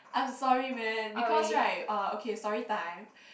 I'm sorry man because right uh okay story time